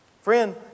Friend